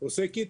עוסקת